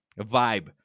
vibe